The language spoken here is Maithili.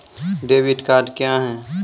डेबिट कार्ड क्या हैं?